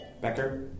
Becker